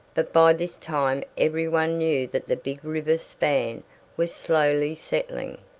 but by this time every one knew that the big river span was slowly settling.